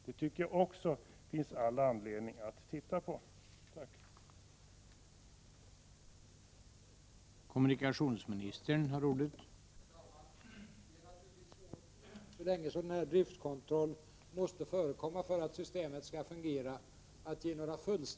Jag tycker att man har all anledning att titta också på denna fråga.